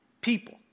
people